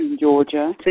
Georgia